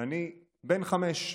ואני בן חמש,